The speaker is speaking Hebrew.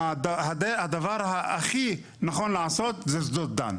הדבר הכי נכון לעשות זה שדות דן.